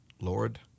Lord